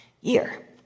year